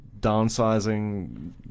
downsizing